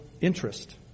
interest